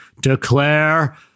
declare